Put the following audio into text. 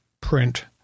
print